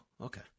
okay